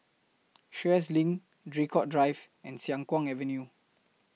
Sheares LINK Draycott Drive and Siang Kuang Avenue